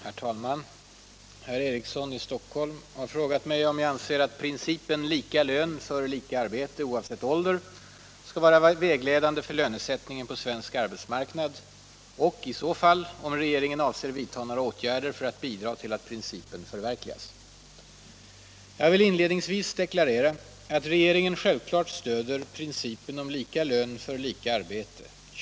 92, och anförde: Herr talman! Herr Eriksson i Stockholm har frågat mig om jag anser att principen lika lön för lika arbete oavsett ålder skall vara vägledande för lönesättningen på svensk arbetsmarknad och, i så fall, om regeringen avser vidta några åtgärder för att bidra till att principen förverkligas. Jag vill inledningsvis deklarera att regeringen självklart stöder prin cipen om lika lön för lika arbete.